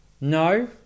No